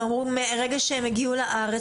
הם אמרו שמרגע שהם הגיעו לארץ,